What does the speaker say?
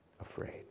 afraid